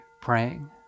praying